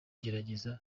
gerageza